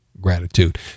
gratitude